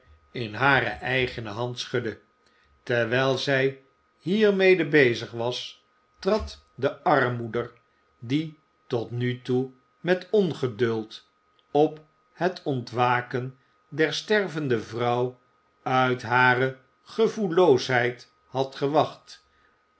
in hare eigene hand schudde terwijl zij hiermede bezig was trad de armmoeder die tot nu toe met ongeduld op het ontwaken der stervende vrouw uit hare gevoelloosheid had gewacht